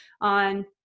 on